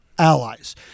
allies